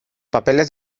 papeles